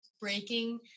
breaking